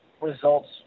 results